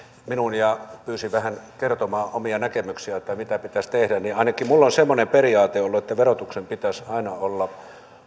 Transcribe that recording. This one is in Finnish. minuun ja pyysi vähän kertomaan omia näkemyksiäni mitä pitäisi tehdä ainakin minulla on semmoinen periaate ollut että verotuksen pitäisi aina olla